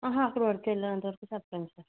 అహా అక్కడ వరకు వెళ్ళే అంత వరకు చెప్పలేం సార్